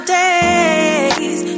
days